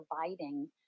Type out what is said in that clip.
providing